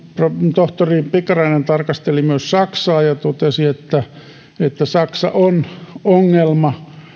tohtori pikkarainen tarkasteli myös saksaa ja totesi että saksa on ongelma